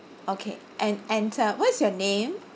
okay and and uh what is your name